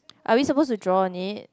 are we supposed to draw on it